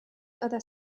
other